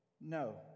No